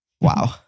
Wow